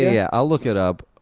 yeah, i'll look it up.